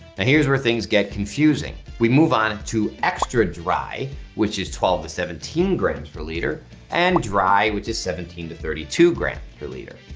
here's where things get confusing. we move onto extra dry which is twelve to seventeen grams per liter and dry which is seventeen to thirty two grams per liter.